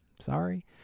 sorry